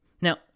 Now